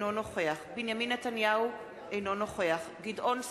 אינו נוכח בנימין נתניהו, אינו נוכח גדעון סער,